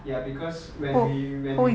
ya because when we when we